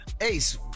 Ace